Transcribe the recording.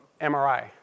MRI